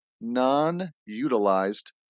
Non-utilized